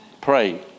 Pray